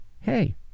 Hey